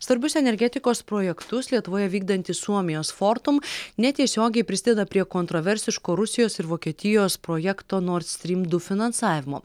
svarbius energetikos projektus lietuvoje vykdanti suomijos fortum netiesiogiai prisideda prie kontroversiško rusijos ir vokietijos projekto nord strym du finansavimo